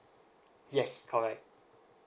yes correct